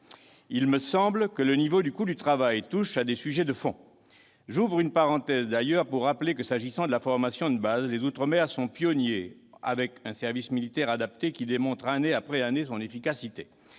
Il me semble que le niveau du coût du travail touche à des sujets de fond. J'ouvre d'ailleurs une parenthèse pour rappeler que, s'agissant de la formation de base, les outre-mer sont pionniers avec un service militaire adapté, le SMA, qui démontre année après année son efficacité.